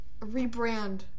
rebrand